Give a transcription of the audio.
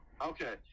Okay